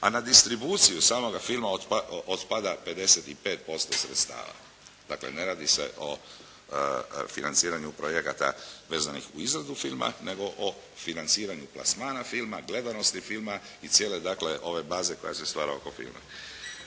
A na distribuciju samoga filma otpada 55% sredstava. Dakle, ne radi se o financiranju projekata vezanih uz izradu filma nego o financiranju plasmana filma, gledanosti filma i cijele dakle ove baze koja se stvara oko filma.